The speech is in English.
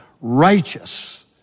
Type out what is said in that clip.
Righteous